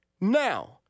Now